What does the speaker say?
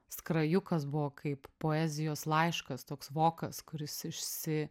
skrajukas buvo kaip poezijos laiškas toks vokas kuris išsi